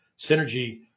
Synergy